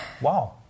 Wow